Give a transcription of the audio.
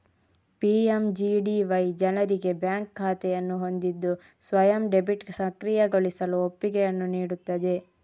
PMGDY ಜನರಿಗೆ bank ಖಾತೆಯನ್ನು ಹೊಂದಿದ್ದು ಸ್ವಯಂ ಡೆಬಿಟ್ ಸಕ್ರಿಯಗೊಳಿಸಲು ಒಪ್ಪಿಗೆಯನ್ನು ನೀಡುತ್ತದೆ